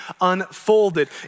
unfolded